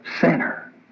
sinner